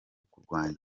kurwanya